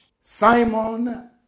Simon